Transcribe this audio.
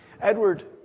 Edward